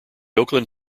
oakland